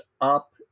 up